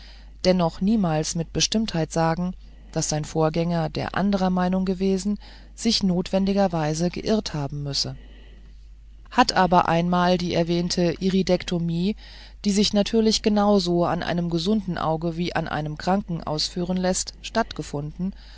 dennoch niemals mit bestimmtheit sagen daß sein vorgänger der andrer meinung gewesen sich notwendigerweise geirrt haben müsse hat aber einmal die erwähnte iridektomie die sich natürlich genauso an einem gesunden auge wie an einem kranken ausführen läßt stattgefunden